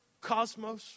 cosmos